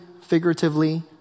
figuratively